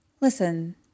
listen